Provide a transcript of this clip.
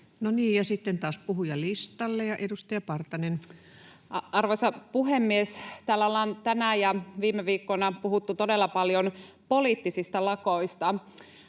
sitten taas puhujalistalle — Edustaja Partanen Arvoisa puhemies! Täällä ollaan tänään ja viime viikkoina puhuttu todella paljon poliittisista lakoista.